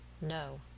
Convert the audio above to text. No